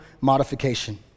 modification